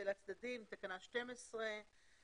תקנה 12,